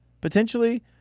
potentially